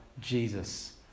jesus